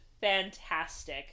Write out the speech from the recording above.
fantastic